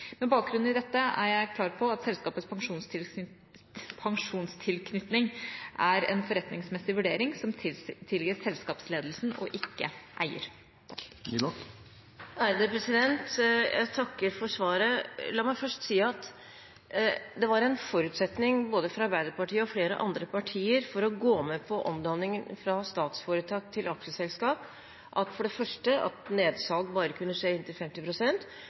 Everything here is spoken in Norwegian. Med bakgrunn i dette er jeg klar på at selskapets pensjonstilknytning er en forretningsmessig vurdering som tilligger selskapsledelsen, ikke eier. Jeg takker for svaret. La meg først si at en forutsetning fra både Arbeiderpartiet og flere andre partier for å gå med på omdanningen fra statsforetak til aksjeselskap var for det første at nedsalg bare kunne skje inntil